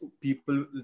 people